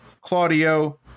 Claudio